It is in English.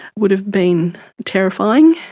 would have been terrifying.